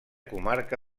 comarca